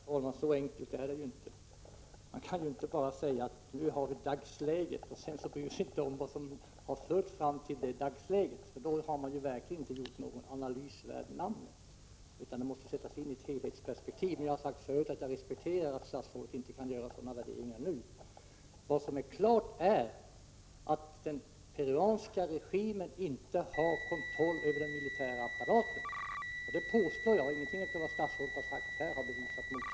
Herr talman! Så enkelt är det inte! Man kan ju inte bara tala om dagsläget och låta bli att bry sig om det som har lett fram till detta. Då har man verkligen inte gjort någonting som är värt att kallas analys. Det hela måste ses i ett helhetsperspektiv. Jag har förut sagt att jag respekterar att statsrådet inte kan göra sådana värderingar nu. Klart är emellertid att den peruanska regimen inte har någon kontroll över den militära apparaten. Det vill jag påstå. Ingenting av det som statsrådet här sagt har bevisat motsatsen.